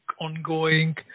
ongoing